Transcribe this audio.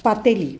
पातेली